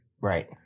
Right